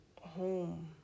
home